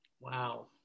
Wow